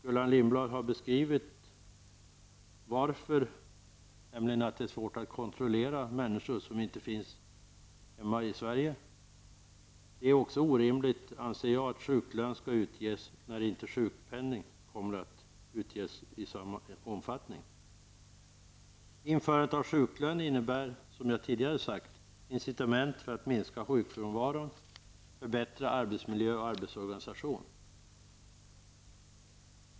Gullan Lindblad har talat om varför, nämligen att det är svårt att kontrollera människor som inte finns hemma i Sverige. Det är också orimligt att sjuklön skall utges när inte sjukpenning kommer att utges i samma omfattning. Införandet av sjuklön innebär, som jag tidigare sagt, incitament för att minska sjukfrånvaron, förbättra arbetsmiljön och arbetsorganisationen.